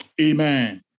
Amen